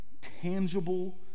tangible